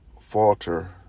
falter